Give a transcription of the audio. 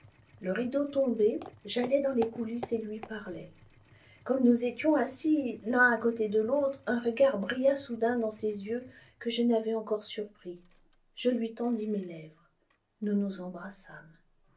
le rideau tombé j'allai dans les coulisses et lui parlai gomme nous étions assis l'un à côté de l'autre un regard brilla soudain dans ses yeux que je n'avais encore surpris je lui tendis mes lèvres nous nous embrassâmes